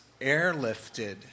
airlifted